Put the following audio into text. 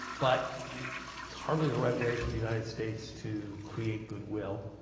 but it's hardly the right way for the united states to create goodwill,